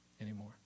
anymore